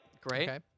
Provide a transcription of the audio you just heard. Great